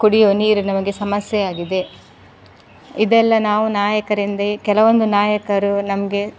ಕುಡಿಯುವ ನೀರು ನಮಗೆ ಸಮಸ್ಯೆಯಾಗಿದೆ ಇದೆಲ್ಲ ನಾವು ನಾಯಕರಿಂದ ಕೆಲವೊಂದು ನಾಯಕರು ನಮಗೆ